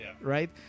right